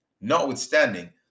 Notwithstanding